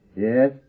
Yes